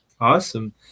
Awesome